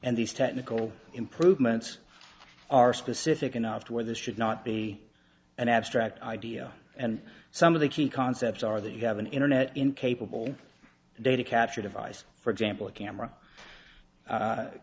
and these technical improvements are specific enough to where this should not be an abstract idea and some of the key concepts are that you have an internet in capable data capture device for example a camera